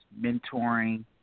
mentoring